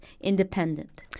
independent